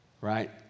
right